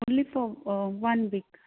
only for one week